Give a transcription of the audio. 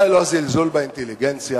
זה לא זלזול באינטליגנציה?